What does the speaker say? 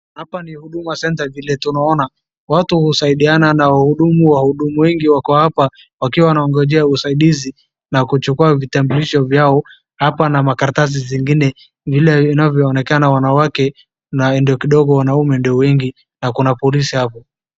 Hapa ni Huduma centre. Watu husaidiana na wahudumu. Wahudumu wengi wako hapa wakingoja usaidizi na kuchukua vitambulisho vyao hapa na makaratasi zingine. Wanawake ndio wadogo na wanaume ndio wengi zaidi na kuna polisi.